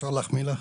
אפשר להחמיא לך?